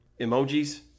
emojis